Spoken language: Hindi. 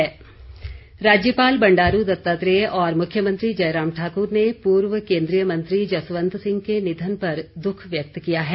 शोक राज्यपाल बंडारू दत्तात्रेय और मुख्यमंत्री जयरम ठाकुर ने पूर्व केन्द्रीय मंत्री जसवंत सिंह के निधन पर दुःख व्यक्त किया है